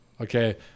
Okay